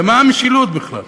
לְמה המשילות בכלל?